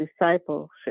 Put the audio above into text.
discipleship